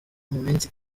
minsi